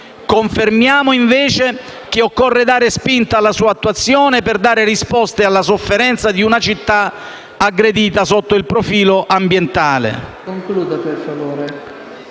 confermiamo invece che occorre dare spinta alla sua attuazione, per dare risposte alla sofferenza di una città aggredita sotto il profilo ambientale.